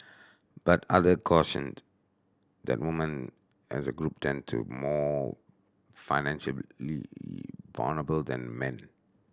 but others cautioned that women as a group tend to more financially vulnerable than men